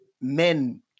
men